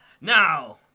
Now